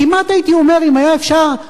כמעט הייתי אומר אם היה אפשר,